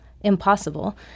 impossible